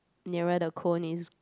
nearer the cone is